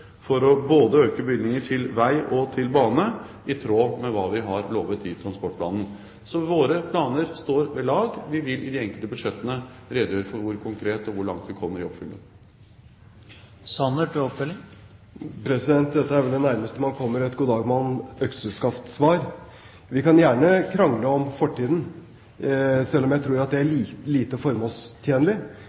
for å øke bevilgningene både til vei og til bane, i tråd med det vi lovet i transportplanen. Så våre planer står ved lag. Vi vil i de enkelte budsjettene konkret redegjøre for hvor langt vi kommer i å oppfylle dem. Dette er vel det nærmeste man kommer et «god dag, mann – økseskaft»-svar. Vi kan gjerne krangle om fortiden, selv om jeg tror det er lite formålstjenlig.